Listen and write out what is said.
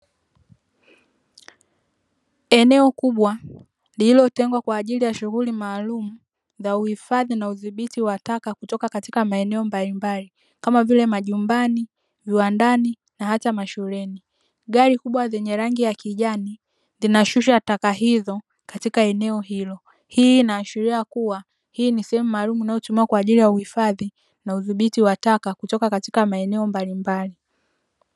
Eneo kubwa lililotengwa kwa ajili ya shughuli maalumu za uhifadhi na udhibiti wa taka katika maeneo mbalimbali kama vile majumbani, viwandani na hata mashuleni, gari kubwa zenye rangi ya kijani, zinashusha taka hizo katika eneo hilo. Hii ina ashiria kuwa hii ni sehemu maalumu inayotumiwa kwa ajili ya uhifadhi na udhibiti wa taka kutoka katika maeneo mbalimbali.